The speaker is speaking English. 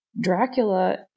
Dracula